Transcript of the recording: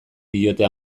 diote